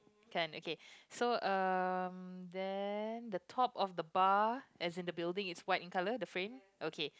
can okay so um then the top of the bar as in the building is what in color the frame okay